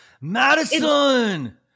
Madison